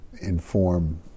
inform